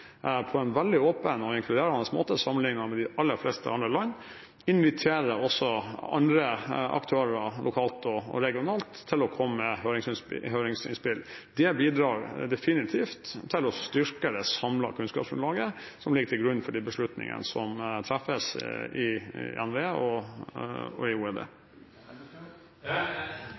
på en veldig åpen og inkluderende måte sammenlignet med de aller fleste andre land – inviterer også andre aktører, lokalt og regionalt, til å komme med høringsinnspill. Det bidrar definitivt til å styrke det samlede kunnskapsgrunnlaget for de beslutningene som treffes i NVE og Olje- og energidepartementet. Jeg er enig i